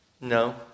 No